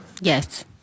Yes